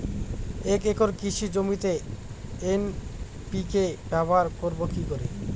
এক একর কৃষি জমিতে এন.পি.কে ব্যবহার করব কি করে?